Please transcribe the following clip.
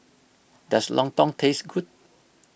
does Lontong taste good